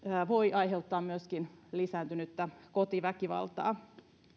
voi aiheuttaa myöskin lisääntynyttä kotiväkivaltaa